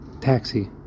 taxi